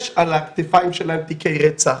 יש על הכתפיים שלהם תיקי רצח,